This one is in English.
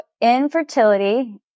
infertility